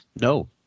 No